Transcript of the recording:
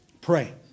Pray